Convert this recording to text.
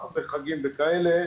ערבי חגים וכאלה,